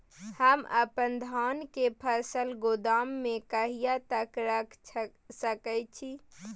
हम अपन धान के फसल गोदाम में कहिया तक रख सकैय छी?